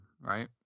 right